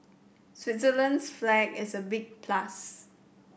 Switzerland's flag is a big plus